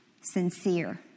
Sincere